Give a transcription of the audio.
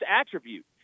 attribute